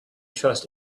trust